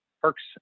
perks